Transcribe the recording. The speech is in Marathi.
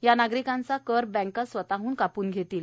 या नागरिकांचा कर बँका स्वतःहन कापून घेणार आहेत